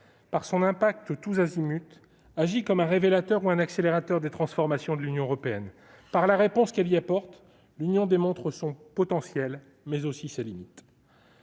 par son impact tous azimuts, agit comme un révélateur ou comme un accélérateur des transformations de l'Union européenne. Par la réponse qu'elle y apporte, l'Union démontre son potentiel, mais aussi ses limites.